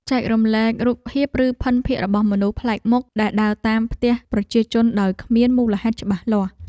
ចែករំលែករូបភាពឬភិនភាគរបស់មនុស្សប្លែកមុខដែលដើរតាមផ្ទះប្រជាជនដោយគ្មានមូលហេតុច្បាស់លាស់។